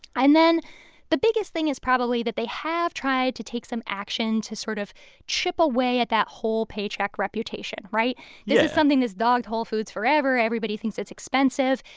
and then the biggest thing is probably that they have tried to take some action to sort of chip away at that whole-paycheck reputation, right? yeah this is something that's dogged whole foods forever. everybody thinks it's expensive,